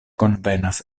konvenas